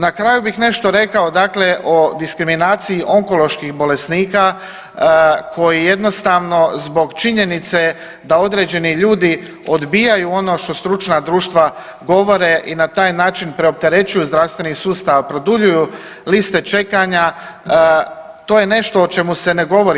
Na kraju bih nešto rekao dakle o diskriminaciji onkoloških bolesnika, koji jednostavno zbog činjenice da određeni ljudi odbijaju ono što stručna društva govore i na taj način preopterećuju zdravstveni sustav, produljuju liste čekanja, to je nešto o čemu se ne govori.